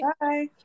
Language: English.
Bye